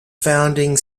founding